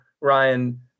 Ryan